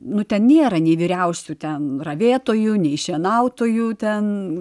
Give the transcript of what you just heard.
nu ten nėra nei vyriausių ten ravėtojų nei šienautojų ten